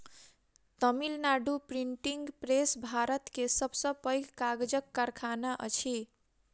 Tamil Nadu printing press Bharat के सब से पैघ कागजक कारखाना अछि